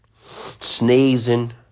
Sneezing